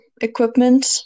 equipment